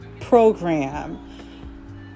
program